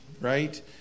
right